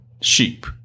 sheep